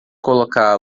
colocá